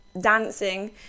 dancing